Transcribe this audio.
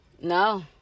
No